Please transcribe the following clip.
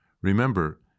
Remember